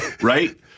right